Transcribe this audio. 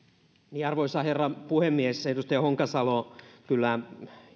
arvoisa herra puhemies edustaja honkasalo kyllä